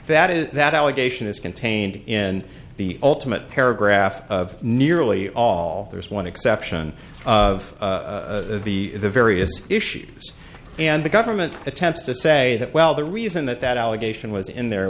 that is that allegation is contained in the ultimate paragraph of nearly all there is one exception of the various issues and the government attempts to say that well the reason that that allegation was in there